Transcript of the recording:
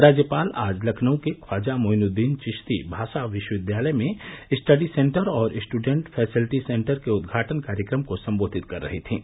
राज्यपाल आज लखनऊ के ख्वाजा मोइन्ददीन चिश्ती भाषा विश्वविद्यालय में स्टडी सेंटर और स्टूडेंट फैसिलिटी सेंटर के उदघाटन कार्यक्रम को सम्बोधित कर रही थीं